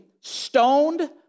stoned